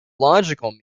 logical